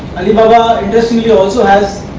alibaba, interestingly also has